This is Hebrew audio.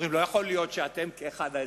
אומרים, לא יכול להיות שאתם כאחד האזרחים,